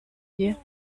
dir